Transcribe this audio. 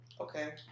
Okay